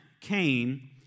came